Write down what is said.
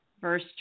verse